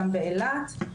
גם באילת.